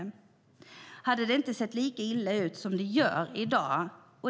Då hade det inte sett lika illa ut som det gör i dag.